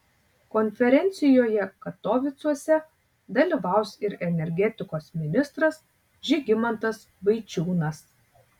konferencijoje katovicuose dalyvaus ir energetikos ministras žygimantas vaičiūnas